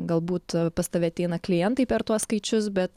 galbūt pas tave ateina klientai per tuos skaičius bet